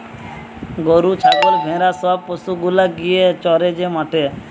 গরু ছাগল ভেড়া সব পশু গুলা গিয়ে চরে যে মাঠে